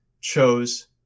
chose